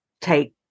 take